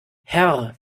herr